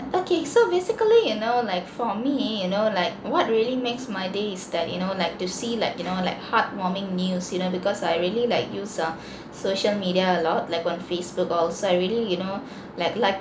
okay so basically you know like for me you know like what really makes my day is that you know like to see like you know like heartwarming news you know because I really like use ah social media a lot like on facebook all so I really you know like like